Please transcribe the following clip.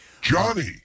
Johnny